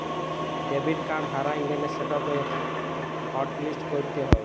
debit card হারাঁয় গ্যালে সেটকে হটলিস্ট ক্যইরতে হ্যয়